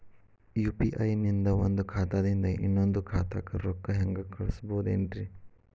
UPI ನಿಂದ ಒಂದ್ ಖಾತಾದಿಂದ ಇನ್ನೊಂದು ಖಾತಾಕ್ಕ ರೊಕ್ಕ ಹೆಂಗ್ ಕಳಸ್ಬೋದೇನ್ರಿ?